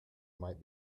might